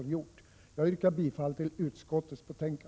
Jag yrkar bifall till utskottets hemställan.